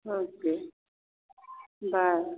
okay बस